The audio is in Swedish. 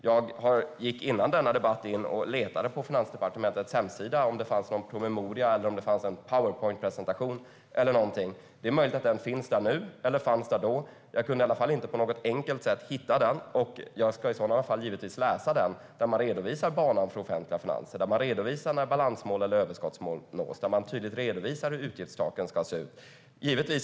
Jag gick före denna debatt in och letade på Finansdepartementets hemsida efter en promemoria eller en powerpointpresentation. Det är möjligt att det finns där nu eller fanns där då, men jag kunde i alla fall inte på något enkelt sätt hitta det. Om jag gör det ska jag givetvis läsa redovisningen av banan för offentliga finanser, när balansmål eller överskottsmål beräknas nås och hur utgiftstaken ska se ut.